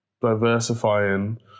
diversifying